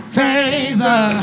favor